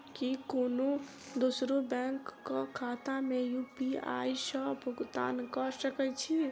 की कोनो दोसरो बैंक कऽ खाता मे यु.पी.आई सऽ भुगतान कऽ सकय छी?